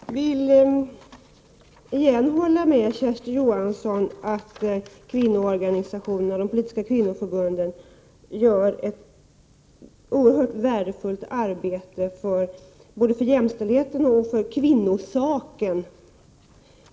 Herr talman! Jag vill återigen hålla med Kersti Johansson om att de politiska kvinnoförbunden gör ett oerhört värdefullt arbete både för jämställdheten och för kvinnosaken.